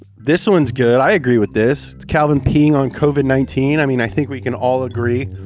this one's good, i agree with this. it's calvin peeing on covid nineteen. i mean, i think we can all agree.